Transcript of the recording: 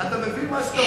אתה מבין מה שאתה אומר?